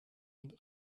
und